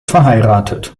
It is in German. verheiratet